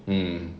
mmhmm